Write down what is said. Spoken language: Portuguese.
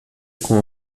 com